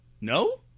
No